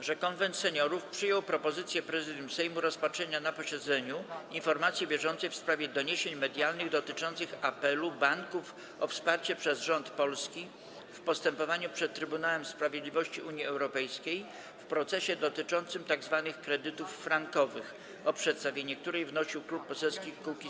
że Konwent Seniorów przyjął propozycję Prezydium Sejmu rozpatrzenia na posiedzeniu informacji bieżącej w sprawie doniesień medialnych dotyczących apelu banków o wsparcie przez rząd Polski w postępowaniu przed Trybunałem Sprawiedliwości Unii Europejskiej w procesie dotyczącym tzw. kredytów frankowych, o której przedstawienie wnosił Klub Poselski Kukiz’15.